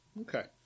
Okay